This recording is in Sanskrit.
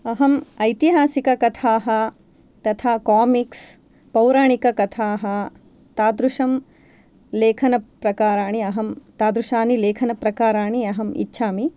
अहम् ऐतिहासिककथाः तथा कामिक्स् पौराणिककथाः तादृशं लेखनप्रकाराणि अहं तादृशानि लेखनप्रकाराणि अहं इच्छामि